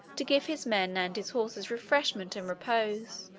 to give his men and his horses refreshment and repose.